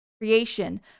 creation